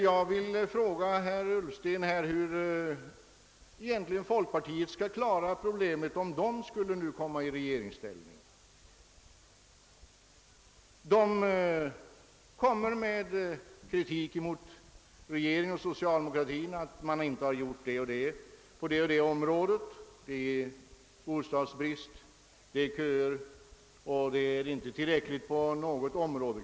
Jag frågar herr Ullsten om hur folkpartiet egentligen skulle klara problemet om det skulle komma i regeringsställning. Folkpartiet kommer med den kritiken mot regeringen och mot socialdemokratin att vi inte gjort det eller det på det eller det området. Folkpartiet angriper bostadsbristen, köerna och att det knappast är tillräckligt gjort på något område.